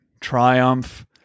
Triumph